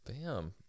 bam